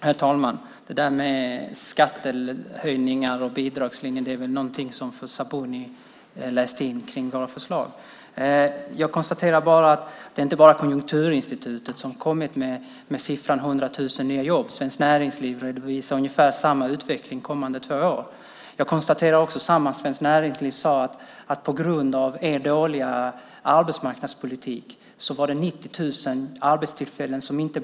Herr talman! Det där med skattehöjningar och bidragslinje är något som Sabuni läser in i våra förslag. Jag konstaterar bara att det inte bara är Konjunkturinstitutet som har kommit med siffran 100 000 jobb. Svenskt Näringsliv redovisar ungefär samma utveckling de kommande två åren. Jag konstaterar också att Svenskt Näringsliv sade att 90 000 arbetstillfällen inte blev av på grund av er dåliga arbetsmarknadspolitik.